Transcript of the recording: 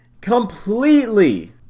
completely